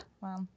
Wow